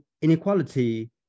inequality